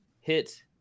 hit